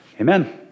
amen